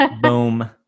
Boom